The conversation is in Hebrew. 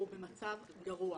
הוא במצב גרוע.